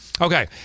Okay